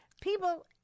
people